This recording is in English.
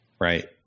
Right